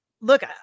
look